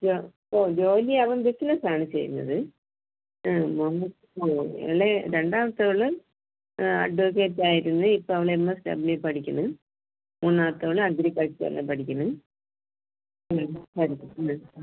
ജോ ഓ ജോലിയവൻ ബിസിനസാണ് ചെയ്യുന്നത് ആഹ് മോൾ ഇളയ രണ്ടാമത്തവൾ അഡ്വക്കേറ്റ് ആയിരുന്നു ഇപ്പം അവൾ എം എസ് ഡബ്ലിയു പഠിക്കണു മൂന്നാമത്തവൾ അഗ്രികൾച്ചറിന് പഠിക്കണു